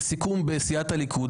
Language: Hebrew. בסיכום בסיעת הליכוד,